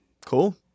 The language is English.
Cool